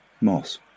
moss